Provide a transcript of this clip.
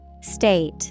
State